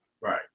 right